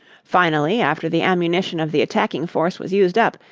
finally, after the ammunition of the attacking force was used up,